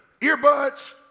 earbuds